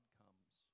comes